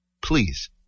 Please